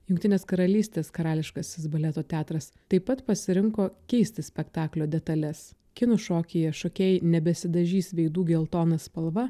jungtinės karalystės karališkasis baleto teatras taip pat pasirinko keisti spektaklio detales kinų šokyje šokėjai nebesidažys veidų geltona spalva